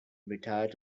retired